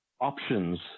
options